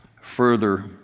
further